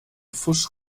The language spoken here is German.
pfusch